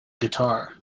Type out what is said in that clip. guitar